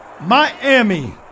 Miami